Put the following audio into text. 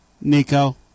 Nico